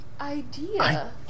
idea